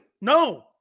No